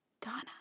Donna